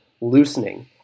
loosening